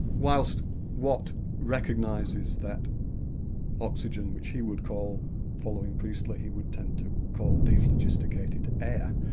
whilst watt recognises that oxygen, which he would call following priestley, he would tend to call dephlogisticated air.